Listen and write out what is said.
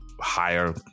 higher